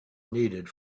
needed